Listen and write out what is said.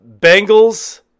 Bengals